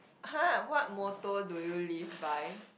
!huh! what motto do you live by